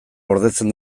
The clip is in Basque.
gordetzen